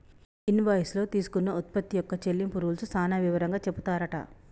invoice లో తీసుకున్న ఉత్పత్తి యొక్క చెల్లింపు రూల్స్ సాన వివరంగా చెపుతారట